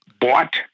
bought